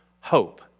hope